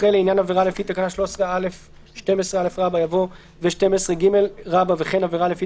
אחרי "לעניין עבירה לפי תקנה 13(א)(12א)" יבוא "ו-(12ג) וכן עבירה לפי